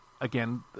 again